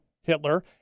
Hitler